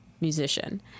musician